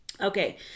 Okay